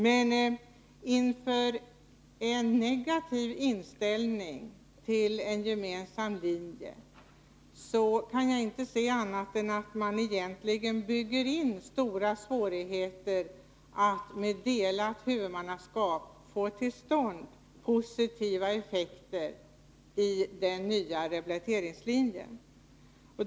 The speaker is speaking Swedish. Men med en sådan negativ inställning till en gemensam linje bygger man in stora svårigheter att med delat huvudmannaskap få till stånd positiva effekter i den nya rehabiliteringslinjen.